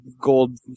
gold